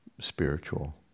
spiritual